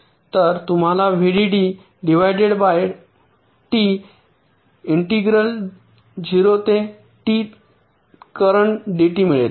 तर तुम्हाला VDD divided by t integral 0 ते टी करेन्ट dt मिळेल